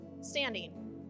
standing